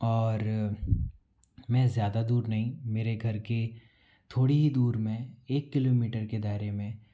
और मैं ज़्यादा दूर नई मेरे घर के थोड़ी ही दूर में एक किलोमीटर के दायरे में